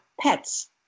pets